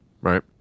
right